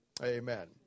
amen